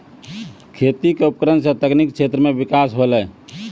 खेती क उपकरण सें तकनीकी क्षेत्र में बिकास होलय